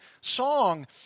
song